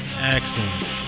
excellent